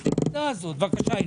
בבקשה.